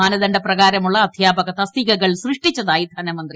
മാനദണ്ഡപ്രകാരമുള്ള അധ്യാപക തസ്തികകൾ സൃഷ്ടിച്ചതായി ധനമന്ത്രി